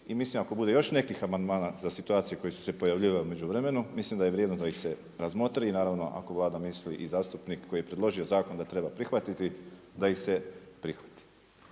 i mislim ako bude još nekih amandmana za situacije koje su se pojavljivale u međuvremenu mislim da je vrijedno da ih se razmotri i naravno ako Vlada misli i zastupnik koji je predložio zakon da treba prihvatiti da ih se prihvati.